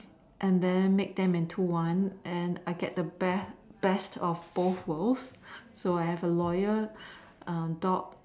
and then make them into one and I get the best best of both worlds so I have a loyal uh dog